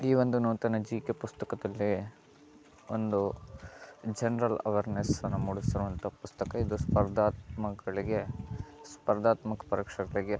ಈ ಒಂದು ನೂತನ ಜಿ ಕೆ ಪುಸ್ತಕದಲ್ಲಿ ಒಂದು ಜನ್ರಲ್ ಅವೇರ್ನೆಸ್ಸನ್ನ ಮೂಡಿಸುವಂಥಾ ಪುಸ್ತಕ ಇದು ಸ್ಪರ್ಧಾತ್ಮಕಗಳಿಗೆ ಸ್ಪರ್ಧಾತ್ಮಕ ಪರೀಕ್ಷೆಗಳಿಗೆ